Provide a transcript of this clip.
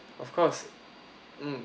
of course mm